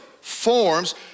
forms